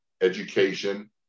education